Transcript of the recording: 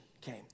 came